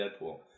Deadpool